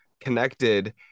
connected